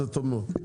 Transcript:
זה טוב מאוד.